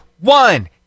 one